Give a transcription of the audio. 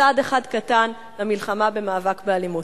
צעד אחד קטן במלחמה למאבק באלימות.